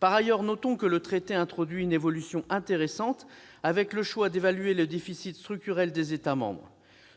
Par ailleurs, notons que le traité introduit une évolution intéressante avec le choix d'évaluer le déficit structurel des États membres.